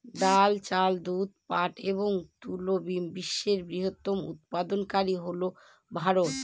ডাল, চাল, দুধ, পাট এবং তুলা বিশ্বের বৃহত্তম উৎপাদনকারী হল ভারত